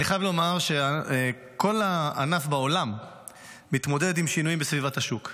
אני חייב לומר שכל הענף בעולם מתמודד עם שינוי בסביבת השוק.